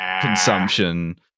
consumption